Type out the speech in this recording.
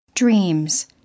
Dreams